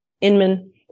Inman